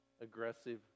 aggressive